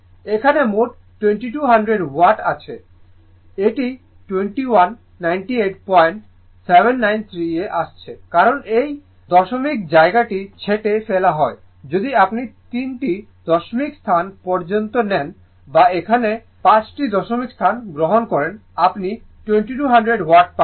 এখানে মোট 2200 ওয়াট আছে এটি 2198793 এ আসছে কারণ এই দশমিক জায়গাটি ছেঁটে ফেলা হয় যদি আপনি তিনটি দশমিক স্থান পর্যন্ত নেন বা এখানে পাঁচটি দশমিক স্থান গ্রহণ করেন আপনি 2200 ওয়াট পাবেন